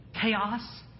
chaos